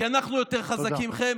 כי אנחנו יותר חזקים מכם,